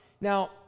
Now